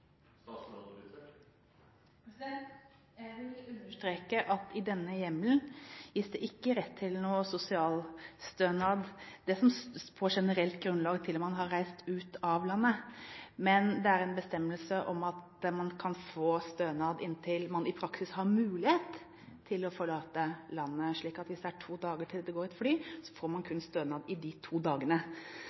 på? Jeg vil understreke at i denne hjemmelen finnes det ikke rett til noen sosialstønad på generelt grunnlag til man har reist ut av landet, men det er en bestemmelse om at man kan få stønad inntil man i praksis har mulighet til å forlate landet. Hvis det er to dager til det går et fly, får man kun stønad i de to dagene.